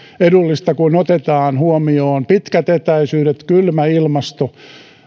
edullista kun otetaan huomioon pitkät etäisyydet kylmä ilmasto